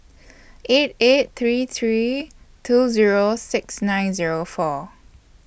eight eight three three two Zero six nine Zero four